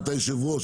אתה היו"ר.